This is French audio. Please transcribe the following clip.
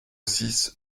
six